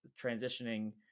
transitioning